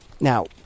Now